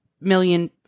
million